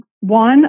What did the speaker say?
one